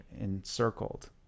encircled